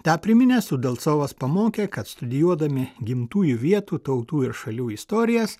tą priminęs udalcovas pamokė kad studijuodami gimtųjų vietų tautų ir šalių istorijas